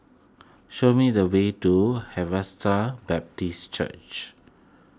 show me the way to Harvester Baptist Church